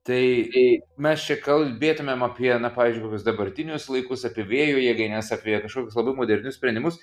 tai ė mes čia kalbėtumėm apie na pavyzdžiui dabartinius laikus apie vėjo jėgaines apie kažkoks labai modernius sprendimus